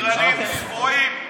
שקרנים צבועים,